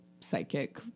psychic